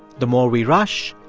the more we rush,